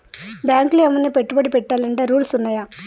బ్యాంకులో ఏమన్నా పెట్టుబడి పెట్టాలంటే రూల్స్ ఉన్నయా?